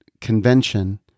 convention